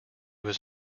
was